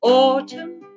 autumn